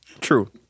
True